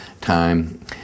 time